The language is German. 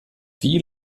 wie